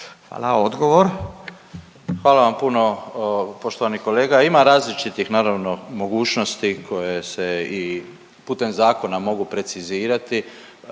Ivo (HDZ)** Hvala vam puno poštovani kolega. Ima različitih naravno mogućnosti koje se i putem zakona mogu precizirati,